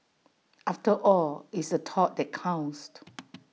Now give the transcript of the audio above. after all it's the thought that counts